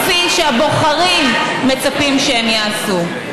כפי שהבוחרים מצפים שהם יעשו.